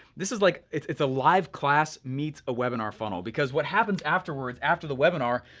this is like, it's it's a live class meets a webinar funnel, because what happens afterwards, after the webinar,